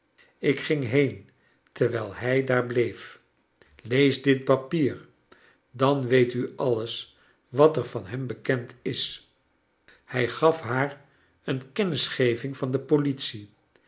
ik ging heen terwijl hij daar bleef lees dit papier dan weet u alles wat er van hem bekend is hij gaf haar een kennisgeving van de politie